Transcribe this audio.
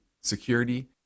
security